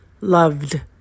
loved